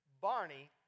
Barney